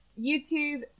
YouTube